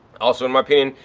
also in my opinion,